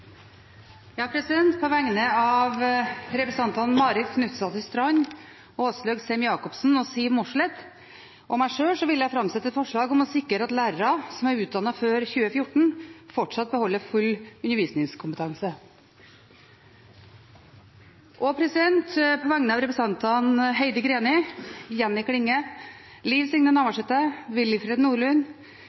jeg framsette et forslag om å sikre at lærere som er utdannet før 2014, fortsatt beholder full undervisningskompetanse. På vegne av representantene Heidi Greni, Jenny Klinge, Liv Signe Navarsete, Willfred Nordlund,